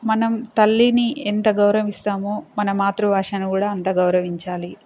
మనం తల్లిని ఎంత గౌరవిస్తామో మన మాతృభాషను కూడా అంత గౌరవించాలి